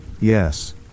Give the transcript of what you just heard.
Yes